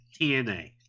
TNA